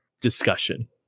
discussion